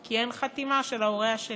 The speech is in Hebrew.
כי אין חתימה של ההורה השני,